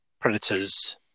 Predators